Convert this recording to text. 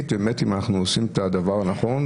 באמת אם אנחנו עושים את הדבר הנכון.